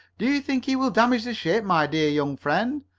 do you think he will damage the ship, my dear young friend?